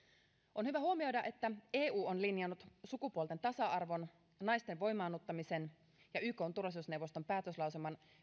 on hyvä huomioida että eu on linjannut sukupuolten tasa arvon naisten voimaannuttamisen ja ykn turvallisuusneuvoston päätöslauselman